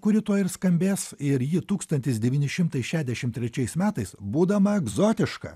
kuri tuoj ir skambės ir ji tūkstantis devyni šimtai šešdešim trečiais metais būdama egzotiška